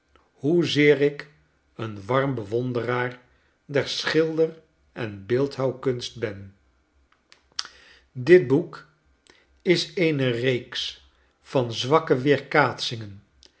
hoezeer ik een warm bewonderaar der schilderen beeldhouwkunst ben dit boek is eene reeks van zwakke